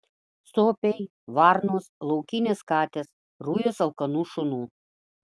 suopiai varnos laukinės katės rujos alkanų šunų